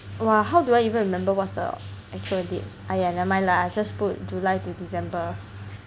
!wah! how do I even remember what's the actual date !aiya! never mind lah just put July to December